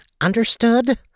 Understood